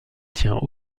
tient